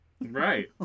Right